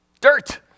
dirt